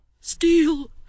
steal